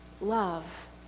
love